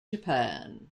japan